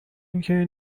اینکه